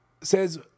says